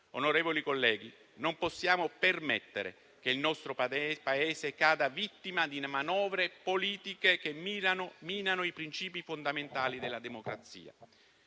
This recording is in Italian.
non possiamo permettere che il nostro Paese cada vittima di manovre politiche che minano i principi fondamentali della democrazia.